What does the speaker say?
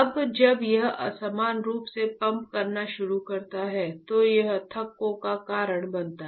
अब जब यह असमान रूप से पंप करना शुरू करता है तो यह थक्कों का कारण बनता है